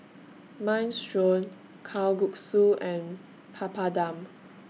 Minestrone Kalguksu and Papadum